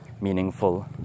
meaningful